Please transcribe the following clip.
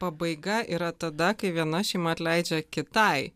pabaiga yra tada kai viena šeima atleidžia kitai